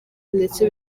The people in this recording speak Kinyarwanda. ndetse